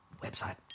website